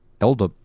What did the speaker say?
elder